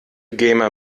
gamer